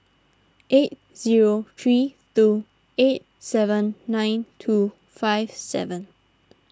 eight zero three two eight seven nine two five seven